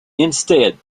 instead